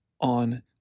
on